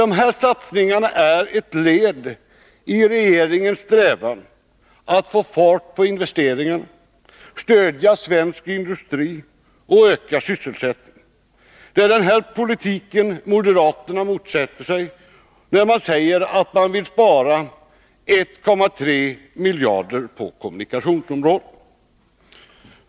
Dessa satsningar är ett led i regeringens strävan att få fart på investeringarna, stödja svensk industri och öka sysselsättningen. Det är denna politik moderaterna motsätter sig när de säger att de vill spara 1,3 miljarder på kommunikationsområdet.